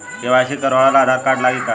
KYC करावे ला Aadhaar card लागी का?